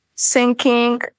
sinking